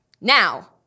Now